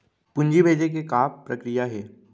पूंजी भेजे के का प्रक्रिया हे?